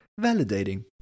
validating